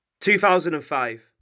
2005